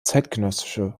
zeitgenössische